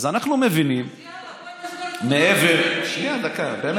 אז אנחנו מבינים שמעבר, אז יאללה, בוא